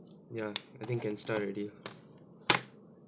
ya I think can start already